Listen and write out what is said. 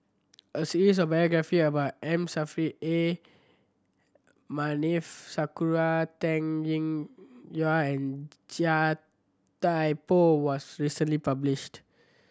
a series of biography about M Saffri A Manaf Sakura Teng Ying Yua and Chia Thye Poh was recently published